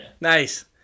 Nice